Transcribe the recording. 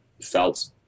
felt